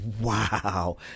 wow